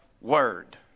word